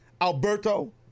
Alberto